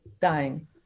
dying